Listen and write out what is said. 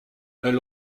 elle